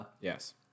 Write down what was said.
yes